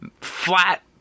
flat